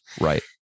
Right